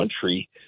country